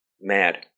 mad